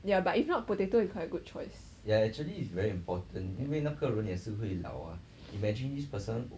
ya but if not potato is quite a good choice